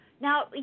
now